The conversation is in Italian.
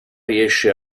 riesce